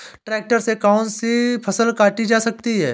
Tractor से कौन सी फसल काटी जा सकती हैं?